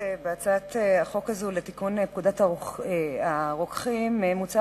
בהצעת החוק הזאת לתיקון פקודת הרוקחים מוצע